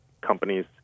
companies